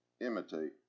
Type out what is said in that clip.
imitate